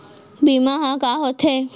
बीमा ह का होथे?